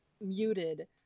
muted